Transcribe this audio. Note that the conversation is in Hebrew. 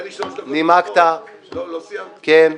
סיימתי.